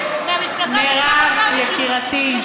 יקירתי,